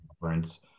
conference